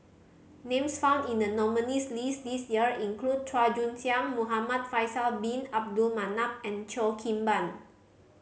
names found in the nominees' list this year include Chua Joon Siang Muhamad Faisal Bin Abdul Manap and Cheo Kim Ban